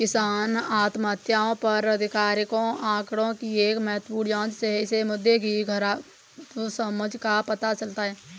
किसान आत्महत्याओं पर आधिकारिक आंकड़ों की एक महत्वपूर्ण जांच से इस मुद्दे की खराब समझ का पता चलता है